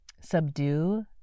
subdue